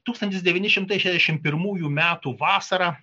tūkstantis devyni šimtai šešiasdešimt pirmųjų metų vasarą